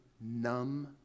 numb